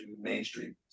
mainstream